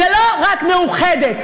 זה לא רק מאוחדת,